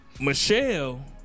Michelle